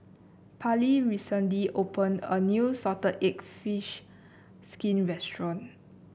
Parlee recently opened a new Salted Egg fish skin restaurant